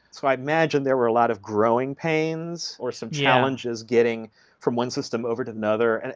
so i imagine there were a lot of growing pains or some challenges getting from one system over to another. and